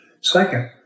second